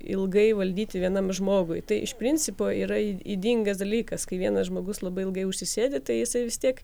ilgai valdyti vienam žmogui tai iš principo yra ydingas dalykas kai vienas žmogus labai ilgai užsisėdi tai jisai vis tiek